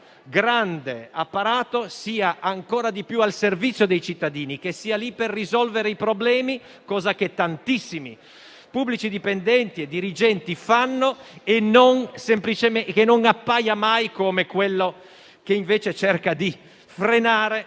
grande apparato sia ancora di più al servizio dei cittadini, che sia lì per risolvere i problemi, come tantissimi pubblici dipendenti e dirigenti fanno, e che non appaia mai come quello che invece cerca di frenare